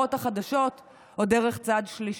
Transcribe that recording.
במהודרות החדשות או דרך צד שלישי,